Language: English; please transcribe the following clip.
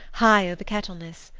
high over kettleness.